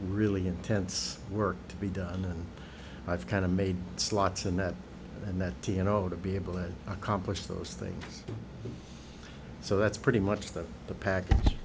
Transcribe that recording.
really intense work to be done and i've kind of made slots in that and that to you know to be able to accomplish those things so that's pretty much that the package